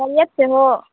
خیریت سے ہو